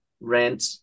rent